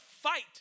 fight